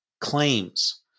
claims